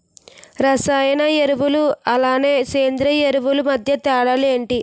రసాయన ఎరువులు అలానే సేంద్రీయ ఎరువులు మధ్య తేడాలు ఏంటి?